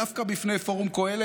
דווקא בפני פורום קהלת.